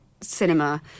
cinema